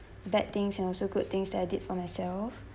bad things and also good things that I did for myself